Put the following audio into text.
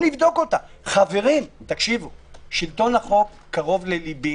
חברים, שלטון החוק קרוב לליבי.